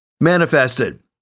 manifested